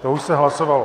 To už se hlasovalo.